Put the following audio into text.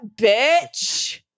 Bitch